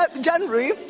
January